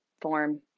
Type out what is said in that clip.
form